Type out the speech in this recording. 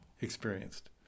experienced